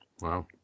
Wow